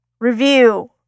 review